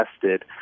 tested